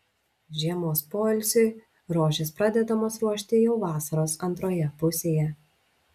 žiemos poilsiui rožės pradedamos ruošti jau vasaros antroje pusėje